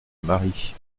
mari